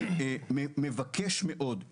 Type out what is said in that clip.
אני מבקש מכם מאוד,